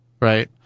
right